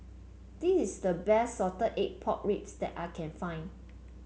this is the best Salted Egg Pork Ribs that I can find